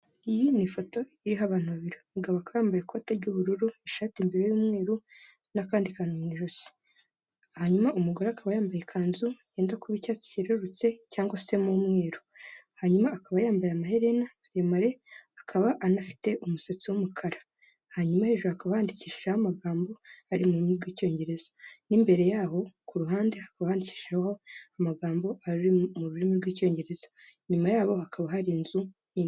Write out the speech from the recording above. Iyi ni ifoto iriho abantu babiri umugabo akaba yambaye ikote ry'ubururu, ishati imbere y'umweru n'akandi kantu mu ijosi. Hanyuma umugore akaba yambaye ikanzu yenda kuba icyatsi kerurutse cyangwa se mu umweru. Hanyuma akaba yambaye amaherena maremare akaba anafite umusatsi w'umukara. Hanyuma hejuru hakaba handikishijeho amagambo ari mu rurimi rw'icyongereza. N'imbere yaho ku ruhande hakaba handishijeho amagambo ari mu rurimi rw'icyongereza. Nyuma ya hakaba hari inzu nini.